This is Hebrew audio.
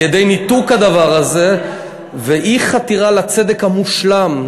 על-ידי ניתוק הדבר הזה ואי-חתירה לצדק המושלם,